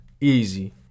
Easy